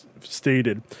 stated